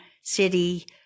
city